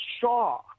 Shaw